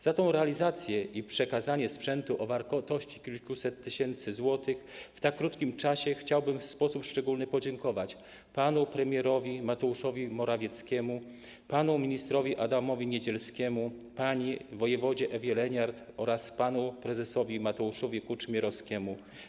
Za tę realizację i przekazanie sprzętu o wartości kilkuset tysięcy złotych w tak krótkim czasie chciałbym w sposób szczególny podziękować panu premierowi Mateuszowi Morawieckiemu, panu ministrowi Adamowi Niedzielskiemu, pani wojewodzie Ewie Leniart oraz panu prezesowi Michałowi Kuczmierowskiemu.